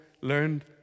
learned